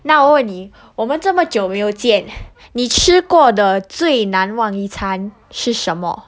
那我问你我们这么久没有见你吃过的最难忘一餐是什么